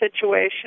situation